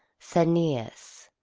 ceneus,